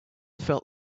felt